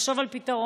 לחשוב על פתרון.